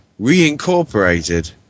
reincorporated